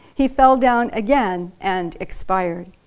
he fell down again and expired.